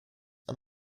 and